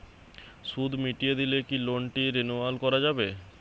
সুদ মিটিয়ে দিলে কি লোনটি রেনুয়াল করাযাবে?